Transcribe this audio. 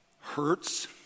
hurts